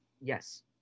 yes